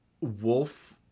wolf